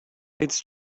it’s